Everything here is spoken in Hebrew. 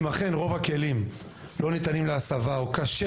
אם אכן רוב הכלים לא ניתנים להסבה או שקשה